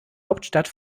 hauptstadt